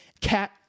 Cat